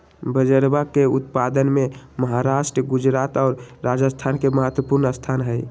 बजरवा के उत्पादन में महाराष्ट्र गुजरात और राजस्थान के महत्वपूर्ण स्थान हई